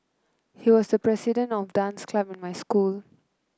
he was the president of dance club in my school